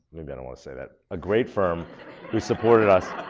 maybe i don't wanna say that, a great firm who supported us.